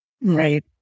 Right